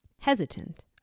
Hesitant